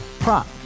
Prop